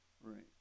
Right